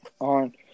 on